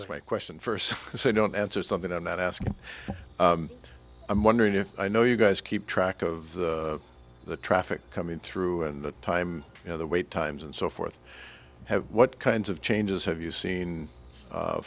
right question first so don't answer something i'm not asking i'm wondering if i know you guys keep track of the traffic coming through in the time you know the wait times and so forth have what kinds of changes have you seen